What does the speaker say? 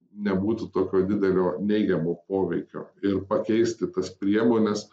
nebūtų tokio didelio neigiamo poveikio ir pakeisti tas priemones